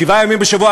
שבעה ימים בשבוע,